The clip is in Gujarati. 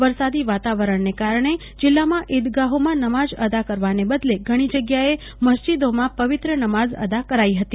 વ રસાદી વાતાવરણને કારણે જિલ્લામાં ઈદગાહોમાં નમાઝ અદા કરવાને બદલે ઘણી જગ્યાએ મરિજદોમાં પવિત્ર નમાજ અદા કરાઈ હતી